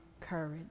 courage